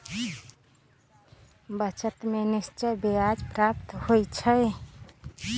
बचत में निश्चित ब्याज प्राप्त होइ छइ